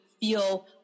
feel